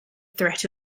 threat